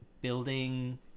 building